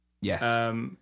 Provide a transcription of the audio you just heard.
Yes